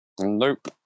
Nope